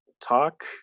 talk